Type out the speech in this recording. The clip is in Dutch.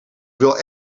wil